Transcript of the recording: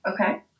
Okay